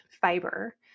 fiber